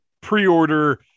pre-order